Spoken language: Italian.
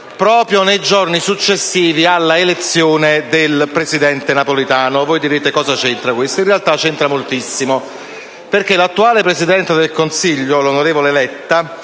proprio nei giorni successivi all'elezione del presidente Napolitano. Vi chiederete cosa c'entra tutto questo, ma in realtà c'entra moltissimo. Infatti, l'attuale Presidente del Consiglio, l'onorevole Letta,